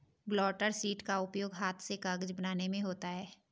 blotter sheet का उपयोग हाथ से कागज बनाने में होता है